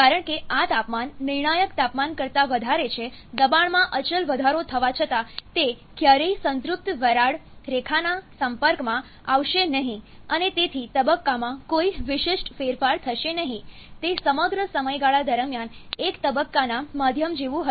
કારણ કે આ તાપમાન નિર્ણાયક તાપમાન કરતા વધારે છે દબાણમાં અચલ વધારો થવા છતાં તે ક્યારેય સંતૃપ્ત વરાળ રેખાના સંપર્કમાં આવશે નહીં અને તેથી તબક્કામાં કોઈ વિશિષ્ટ ફેરફાર થશે નહીં તે સમગ્ર સમયગાળા દરમિયાન એક તબક્કાના માધ્યમ જેવું હશે